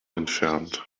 entfernt